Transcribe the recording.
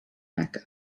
mecca